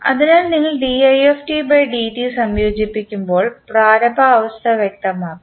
അതിനാൽ നിങ്ങൾ സംയോജിപ്പിക്കുമ്പോൾ പ്രാരംഭ അവസ്ഥ വ്യക്തമാക്കുന്നു